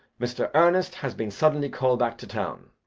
mr. ernest has been suddenly called back to town.